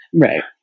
Right